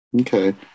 Okay